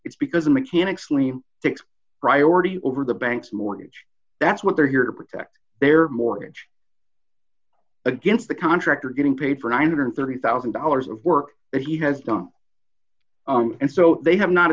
it's because the mechanics claim takes priority over the banks mortgage that's what they're here to protect their mortgage against the contractor getting paid for nine hundred and thirty thousand dollars of work that he has done and so they have not